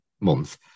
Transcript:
month